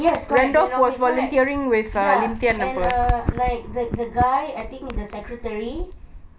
yes correct correct ya and err like the the guy I think the secretary